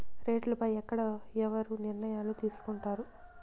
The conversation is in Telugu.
రేట్లు పై ఎక్కడ ఎవరు నిర్ణయాలు తీసుకొంటారు?